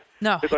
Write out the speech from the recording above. No